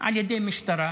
על ידי משטרה,